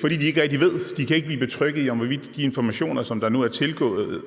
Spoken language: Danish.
fordi de ikke kan blive betrygget i, hvorvidt de informationer, som der nu er tilgået,